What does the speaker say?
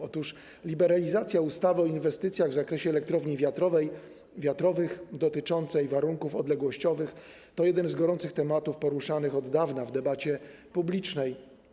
Otóż liberalizacja ustawy o inwestycjach w zakresie elektrowni wiatrowych dotycząca warunków odległościowych to jeden z gorących tematów poruszanych od dawna w debacie publicznej.